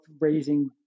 raising